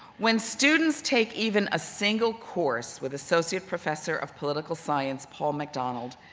when students take even a single course with associate professor of political science, paul macdonald,